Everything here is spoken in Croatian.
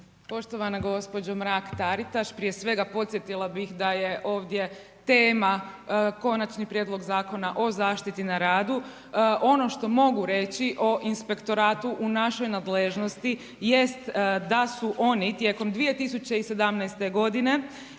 Poštovana gospođo Mrak-Taritaš, prije svega podsjetila bih da je ovdje tema Konačni prijedlog zakona o zaštiti na radu. Ono što mogu reći o inspektoratu u našoj nadležnosti jest da su oni tijekom 2017. godine